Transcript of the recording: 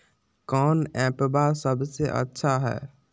कौन एप्पबा सबसे अच्छा हय?